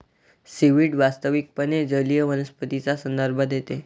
seaweed वास्तविकपणे जलीय वनस्पतींचा संदर्भ देते